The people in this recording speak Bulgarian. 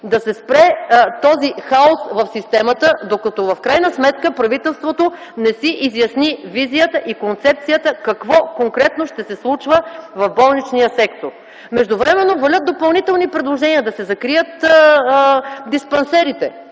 да се спре този хаос в системата, докато в крайна сметка правителството не си изясни визията и концепцията какво конкретно ще се случва в болничния сектор. Междувременно валят допълнителни предложения – да се закрият диспансерите.